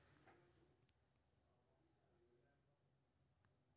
सब विवरण भरै के बाद सबमिट पर क्लिक करू